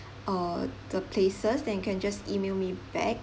uh the places then you can just email me back